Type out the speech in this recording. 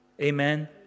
Amen